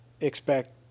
expect